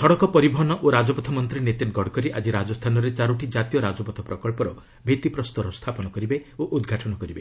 ସଡ଼କ ପରିବହନ ଓ ରାଜପଥ ମନ୍ତ୍ରୀ ନୀତିନ ଗଡ଼କରୀ ଆଜି ରାଜସ୍ଥାନରେ ଚାରୋଟି କ୍ରାତୀୟ ରାଜପଥ ପ୍ରକଳ୍ପର ଭିଭିପ୍ରସ୍ତର ସ୍ଥାପନ କରିବେ ଓ ଉଦ୍ଘାଟନ କରିବେ